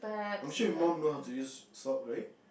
I'm sure your mum know how to use salt right